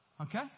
Okay